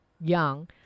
young